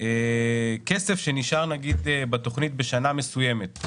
כסף שנשאר נגיד בתוכנית בשנה מסוימת,